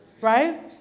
Right